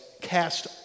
cast